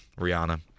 Rihanna